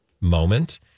moment